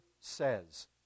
says